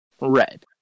Red